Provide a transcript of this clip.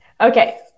okay